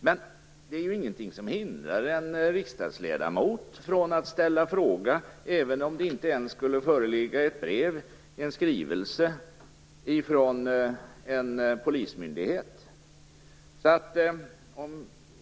Men det finns ju ingenting som hindrar en riksdagsledamot från att ställa frågor även om det inte föreligger ett brev eller en skrivelse från en polismyndighet.